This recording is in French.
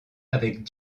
avec